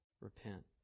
repent